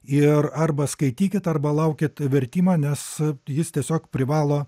ir arba skaitykit arba laukit vertimo nes jis tiesiog privalo